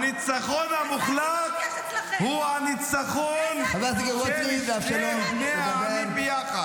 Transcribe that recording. בני שני העמים ההגונים